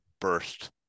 burst